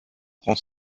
prend